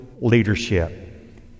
leadership